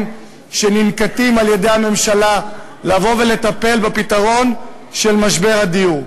שננקטים על-ידי הממשלה לטפל בפתרון של משבר הדיור.